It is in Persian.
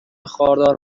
خاردار